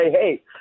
hey